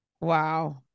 wow